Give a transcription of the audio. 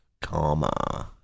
Karma